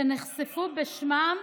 שנחשפו בשמם